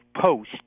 post